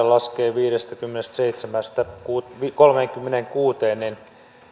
laskee viidestäkymmenestäseitsemästä kolmeenkymmeneenkuuteen niin